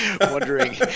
wondering